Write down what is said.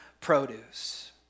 produce